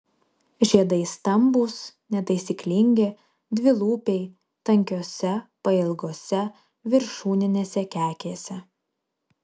žiedai stambūs netaisyklingi dvilūpiai tankiose pailgose viršūninėse kekėse